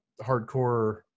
hardcore